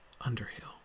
underhill